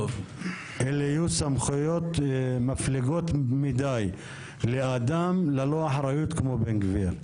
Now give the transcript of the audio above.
אלה יהיו סמכויות מפליגות מדי לאדם ללא אחריות כמו בן גביר.